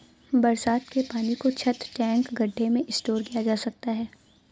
बरसात के पानी को छत, टैंक, गढ्ढे में स्टोर किया जा सकता है